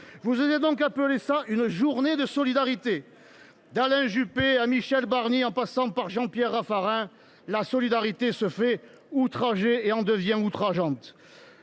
Vous osez appeler cela une « journée de solidarité »? D’Alain Juppé à Michel Barnier, en passant par Jean Pierre Raffarin, la solidarité se fait outragée et en devient outrageante.